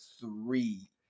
three